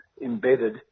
embedded